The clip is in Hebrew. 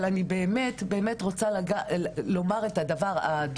אבל יש דבר שחשוב לי מאוד לומר,